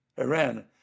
Iran